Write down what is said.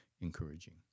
encouraging